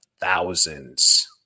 thousands